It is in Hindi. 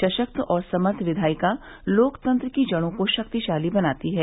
सशक्त और समर्थ विधायिका लोकतंत्र की जड़ों को शक्तिशाली बनाती है